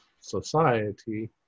society